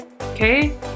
Okay